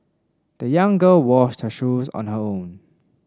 the young girl washed her shoes on her own